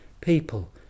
people